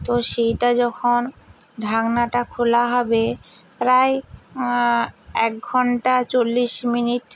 তো সেইটা যখন ঢাকনাটা খোলা হবে প্রায় এক ঘন্টা চল্লিশ মিনিট